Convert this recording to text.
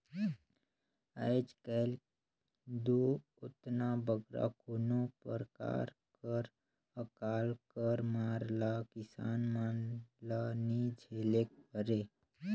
आएज काएल दो ओतना बगरा कोनो परकार कर अकाल कर मार ल किसान मन ल नी झेलेक परे